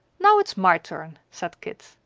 now it's my turn, said kit.